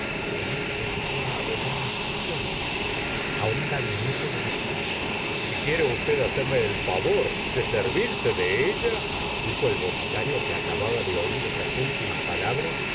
por eso estaba abonada siempre un gabinete de lectura si quiere usted hacerme el favor de servirse de ella dijo el boticario que acababa de oir esas últimas palabras